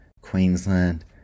Queensland